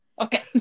Okay